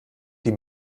die